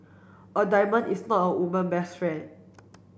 a diamond is not a woman best friend